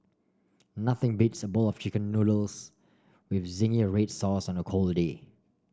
nothing beats a bowl of chicken noodles with zingy red sauce on a cold day